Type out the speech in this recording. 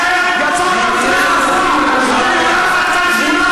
לכן, יצא המרצע מן השק.